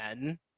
men